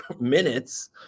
minutes